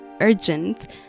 urgent